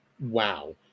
Wow